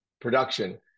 production